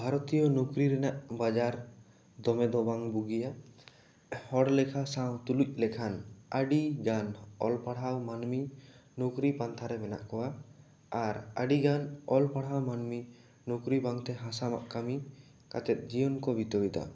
ᱵᱷᱟᱨᱚᱛᱤᱭᱟᱹ ᱱᱩᱠᱨᱤ ᱨᱮᱱᱟᱜ ᱵᱟᱡᱟᱨ ᱫᱚᱢᱮ ᱫᱚ ᱵᱟᱝ ᱵᱩᱜᱤᱭᱟ ᱦᱚᱲ ᱞᱮᱠᱷᱟ ᱥᱟᱶ ᱛᱩᱞᱩᱡ ᱞᱮᱠᱷᱟᱱ ᱟᱹᱰᱤ ᱜᱟᱱ ᱚᱞ ᱯᱟᱲᱦᱟᱮ ᱢᱟᱹᱱᱢᱤ ᱱᱩᱠᱨᱤ ᱯᱟᱱᱛᱷᱟ ᱨᱮ ᱢᱮᱱᱟᱜ ᱠᱚᱣᱟ ᱟᱨ ᱟᱹᱰᱤ ᱜᱟᱱ ᱚᱞ ᱯᱟᱲᱦᱟᱣ ᱢᱟᱹᱱᱢᱤ ᱱᱩᱠᱨᱤ ᱵᱟᱝ ᱛᱮ ᱦᱟᱥᱟ ᱢᱟᱜ ᱠᱟᱹᱢᱤ ᱠᱟᱛᱮᱫ ᱡᱤᱭᱚᱱ ᱠᱚ ᱵᱤᱛᱟᱹᱣ ᱮᱫᱟ